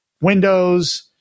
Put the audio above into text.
Windows